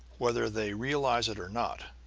whether they realize it or not,